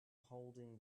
holding